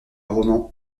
roman